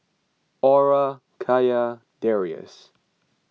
Aura Kya Darrius